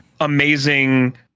amazing